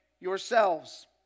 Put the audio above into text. yourselves